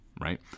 Right